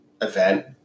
event